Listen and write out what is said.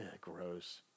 gross